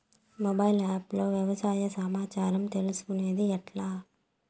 Mobile app లో వ్యవసాయ సమాచారం తీసుకొనేది ఎట్లా?